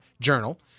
journal